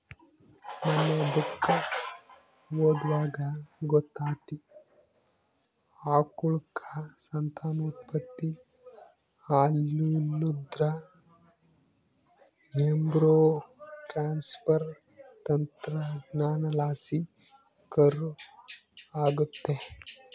ಮನ್ನೆ ಬುಕ್ಕ ಓದ್ವಾಗ ಗೊತ್ತಾತಿ, ಆಕಳುಕ್ಕ ಸಂತಾನೋತ್ಪತ್ತಿ ಆಲಿಲ್ಲುದ್ರ ಎಂಬ್ರೋ ಟ್ರಾನ್ಸ್ಪರ್ ತಂತ್ರಜ್ಞಾನಲಾಸಿ ಕರು ಆಗತ್ತೆ